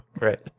Right